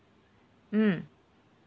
mm